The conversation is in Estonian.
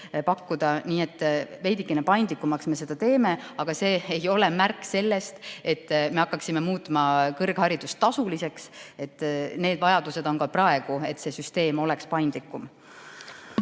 pakkuda. Nii et veidikene paindlikumaks me seda teeme, aga see ei ole märk sellest, et me hakkaksime muutma kõrgharidust tasuliseks. Need vajadused on ka praegu, et see süsteem oleks paindlikum.